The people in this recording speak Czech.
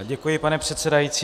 Děkuji, pane předsedající.